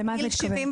למה את מתכוונת?